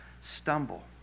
stumble